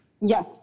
Yes